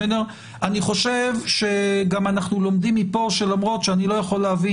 אני חושב שגם אנחנו לומדים מפה שלמרות שאני לא יכול להבין